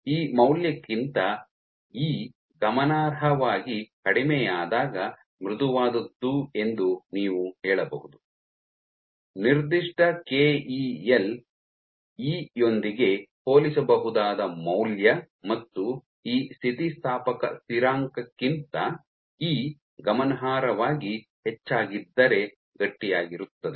ಈ ಮೌಲ್ಯಕ್ಕಿಂತ ಇ ಗಮನಾರ್ಹವಾಗಿ ಕಡಿಮೆಯಾದಾಗ ಮೃದುವಾದದ್ದು ಎಂದು ನೀವು ಹೇಳಬಹುದು ನಿರ್ದಿಷ್ಟ ಕೆಇಎಲ್ ಇ ಯೊಂದಿಗೆ ಹೋಲಿಸಬಹುದಾದ ಮೌಲ್ಯ ಮತ್ತು ಈ ಸ್ಥಿತಿಸ್ಥಾಪಕ ಸ್ಥಿರಾಂಕಕ್ಕಿಂತ ಇ ಗಮನಾರ್ಹವಾಗಿ ಹೆಚ್ಚಾಗಿದ್ದರೆ ಗಟ್ಟಿಯಾಗಿರುತ್ತದೆ